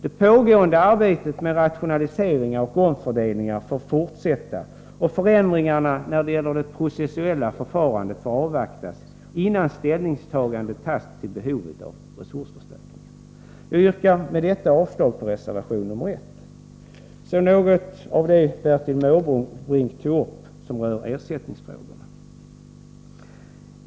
Det pågående arbetet med rationaliseringar och omfördelningar bör få fortsätta och förändringarna när det gäller det processuella förfarandet avvaktas innan ställningstagande görs till behovet av resursförstärkningar. Jag yrkar med detta avslag på reservation nr 1. Jag vill sedan något kommentera det som Bertil Måbrink tog upp och som rör ersättningsfrågorna.